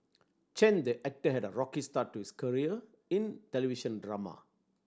Chen the actor had a rocky start to his career in television drama